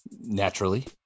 naturally